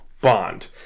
Bond